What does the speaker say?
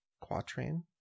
quatrain